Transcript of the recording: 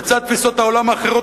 לצד תפיסות העולם האחרות,